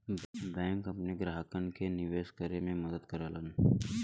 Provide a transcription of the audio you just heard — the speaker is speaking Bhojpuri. बैंक अपने ग्राहकन के निवेश करे में मदद करलन